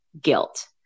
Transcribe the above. guilt